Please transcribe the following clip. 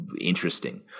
interesting